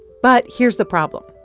but here's the problem.